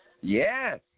Yes